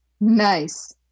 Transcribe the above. Nice